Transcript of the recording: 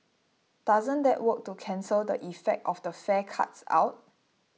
doesn't that work to cancel the effect of the fare cuts out